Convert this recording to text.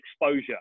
exposure